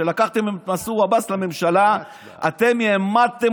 כשלקחתם את מנסור עבאס לממשלה אתם העמדתם